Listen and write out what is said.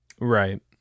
Right